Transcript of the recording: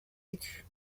écus